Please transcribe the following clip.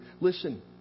Listen